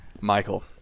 Michael